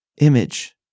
image